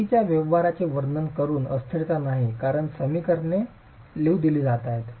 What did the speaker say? भिंतींच्या व्यवहाराचे वर्णन करुन अस्थिरता नाही कारण समीकरणे लिहून दिली जात आहेत